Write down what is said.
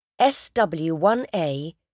SW1A